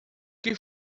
que